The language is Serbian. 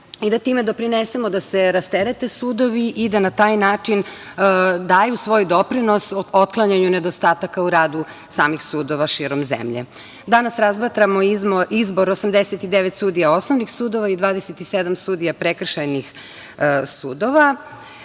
i da time doprinesemo da se rasterete sudovi i da na taj način daju svoj doprinos otklanjanju nedostataka u radu samih sudova širom zemlje. Danas razmatramo izbor 89 sudija osnovnih sudova i 27 sudija prekršajnih sudova.